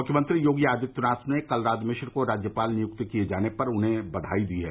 मुख्यमंत्री योगी आदित्यनाथ ने कलराज मिश्र को राज्यपाल नियुक्त किये जाने पर उन्हें बधाई दी है